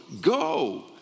go